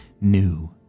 new